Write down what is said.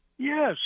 Yes